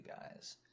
guys